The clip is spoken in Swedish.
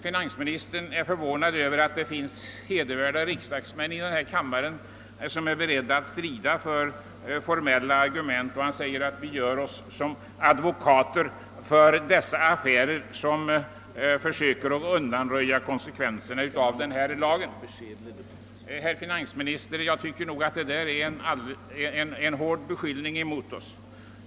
Finansministern uttryckte förvåning över att det finns hedervärda riksdagsmän och ledamöter av denna kammare som är beredda att strida för formella argument. Vi gör oss till advokater för affärer av detta slag och försöker undanröja konsekvenserna av lagen, sade finansministern. Det tycker jag var en hård beskyllning.